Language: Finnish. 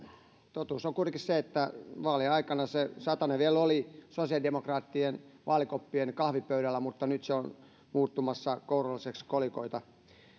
totuus on kuitenkin se se että vaalien aikana se satanen vielä oli sosiaalidemokraattien vaalikoppien kahvipöydällä mutta nyt se on muuttumassa kouralliseksi kolikoita